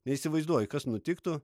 neįsivaizduoju kas nutiktų